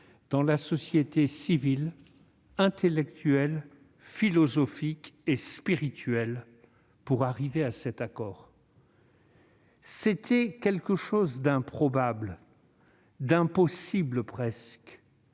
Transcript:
dans la société civile intellectuelle, philosophique et spirituelle se sont mobilisés pour parvenir à ces accords. C'était quelque chose d'improbable, d'impossible presque,